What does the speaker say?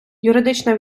юридична